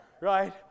right